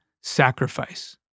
sacrifice